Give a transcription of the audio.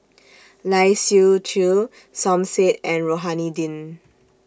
Lai Siu Chiu Som Said and Rohani Din